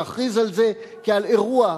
להכריז על זה כעל "אירוע רב-נפגעים"